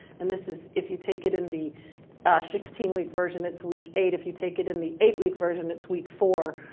and this is, if you take it in the sixteen week version, it's week eight. if you take it in the eight-week version, it's week four.